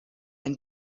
ein